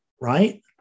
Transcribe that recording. right